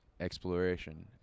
exploration